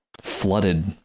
flooded